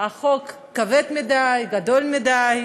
החוק כבד מדי, גדול מדי,